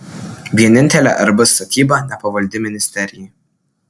vienintelė rb statyba nepavaldi ministerijai